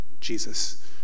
Jesus